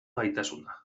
gaitasuna